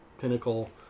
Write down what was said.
pinnacle